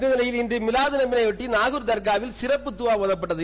இந்த நிலையில் இன்று மிலாது நபியையொட்டி நாகூர் தர்காவில் சிறப்பு தூவா ஒதப்பட்டது